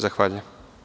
Zahvaljujem.